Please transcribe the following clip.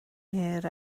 hir